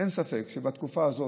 אין ספק שבתקופה הזאת,